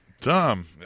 tom